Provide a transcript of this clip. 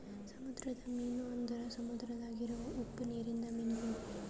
ಸಮುದ್ರದ ಮೀನು ಅಂದುರ್ ಸಮುದ್ರದಾಗ್ ಇರವು ಉಪ್ಪು ನೀರಿಂದ ಮೀನುಗೊಳ್